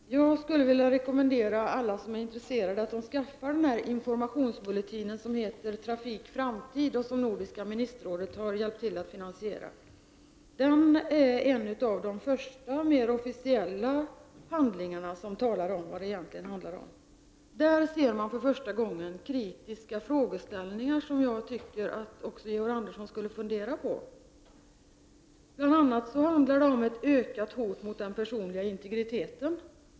Herr talman! Jag skulle vilja rekommendera alla intresserade att skaffa informationsbulletin nr 1 som heter Trafik och Framtid och som nordiska ministerrådet har hjälp till att finansiera. Den är en av de första mer officiella handlingar som talar om vad det hela egentligen handlar om. I den ser man för första gången kritiska frågeställningar som också Georg Andersson borde fundera över. Det handlar bl.a. om ett ökat hot mot den personliga integriteten.